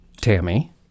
Tammy